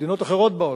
מדינות אחרות בעולם,